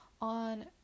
on